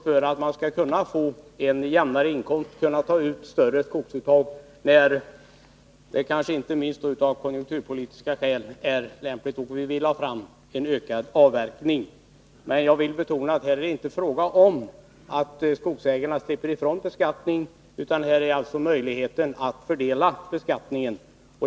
För att man skall kunna få en jämnare inkomst skall man kunna göra större skogsuttag när det, kanske inte minst av konjunkturpolitiska skäl, är lämpligt med en ökad avverkning. Jag vill emellertid betona att skogsägarna inte slipper ifrån beskattning, utan man ger dem möjlighet att fördela skatten.